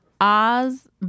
Oz